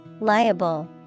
Liable